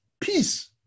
peace